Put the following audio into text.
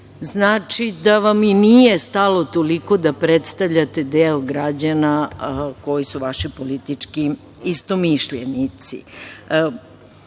znači da vam i nije stalo toliko da predstavljate deo građana koji su vaši politički istomišljenici. Imala